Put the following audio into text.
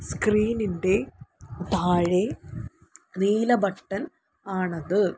സ്ക്രീനിൻ്റെ താഴെ നീല ബട്ടൺ ആണത്